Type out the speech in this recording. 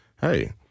hey